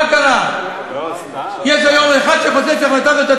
והתקבלה החלטה של ממשלה ריבונית.